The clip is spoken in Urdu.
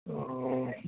ہاں